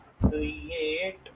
create